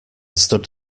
stood